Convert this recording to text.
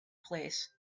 place